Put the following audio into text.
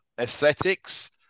Aesthetics